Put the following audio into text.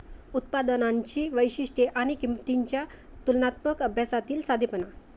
उत्पादनांची वैशिष्ट्ये आणि किंमतींच्या तुलनात्मक अभ्यासातील साधेपणा